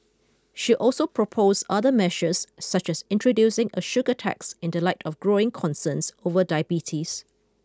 she also proposed other measures such as introducing a sugar tax in the light of growing concerns over diabetes